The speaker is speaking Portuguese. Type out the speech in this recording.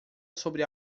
sobre